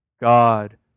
God